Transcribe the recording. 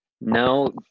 No